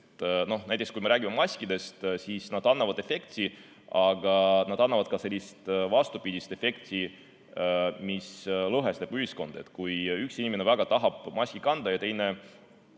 pool. Näiteks kui me räägime maskidest, siis nad annavad [soovitud] efekti, aga nad annavad ka vastupidise efekti, mis lõhestab ühiskonda. Kui üks inimene väga tahab maski kanda ja teine